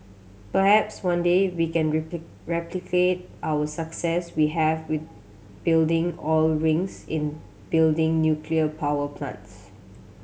perhaps one day we can replicate our success we have with building oil rings in building nuclear power plants